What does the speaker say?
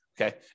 okay